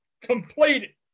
completed